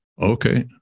Okay